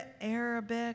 Arabic